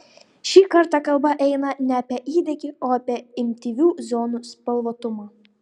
šį kartą kalba eina ne apie įdegį o apie intymių zonų spalvotumą